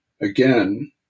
again